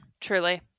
Truly